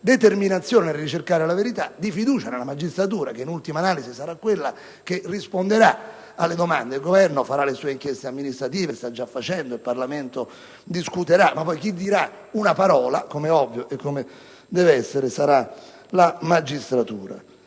determinazione nella ricerca della verità e di fiducia nella magistratura che, in ultima analisi, sarà quella che risponderà alle domande. Il Governo svolgerà le sue inchieste amministrative (le sta già facendo), il Parlamento discuterà, ma poi chi si pronuncerà, come è ovvio e come deve essere, sarà la magistratura.